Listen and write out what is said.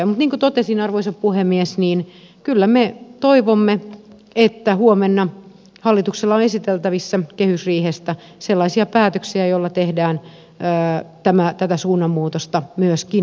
mutta niin kuin totesin arvoisa puhemies kyllä me toivomme että huomenna hallituksella on esiteltävissä kehysriihestä sellaisia päätöksiä joilla tehdään tätä suunnanmuutosta myöskin taloudellisilla panostuksilla